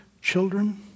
children